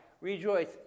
Rejoice